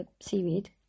Seaweed